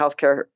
healthcare